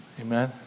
Amen